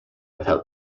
without